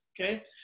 okay